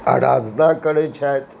आराधना करै छथि